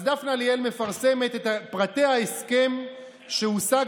אז דפנה ליאל מפרסמת את פרטי ההסכם שהושג